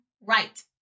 right